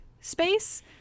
space